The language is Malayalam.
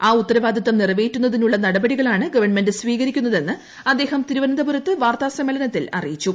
ആ ഉത്തരവാദിത്തം നിറവേറ്റുന്നതിനുളള നടപടികളാണ് ഗവൺമെന്റ് സ്വീകരിക്കുന്നതെന്ന് അദ്ദേഹം തിരുവനന്തപുരത്ത് വാർത്താസമ്മേളനത്തിൽ അറിയിച്ചു